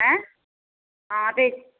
ਹੈਂ ਆਦੇ